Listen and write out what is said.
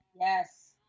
Yes